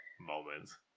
moments